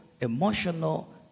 emotional